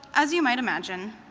as you might imagine,